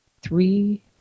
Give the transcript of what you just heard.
three